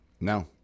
No